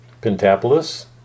Pentapolis